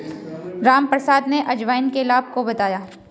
रामप्रसाद ने अजवाइन के लाभ को बताया